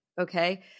okay